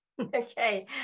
Okay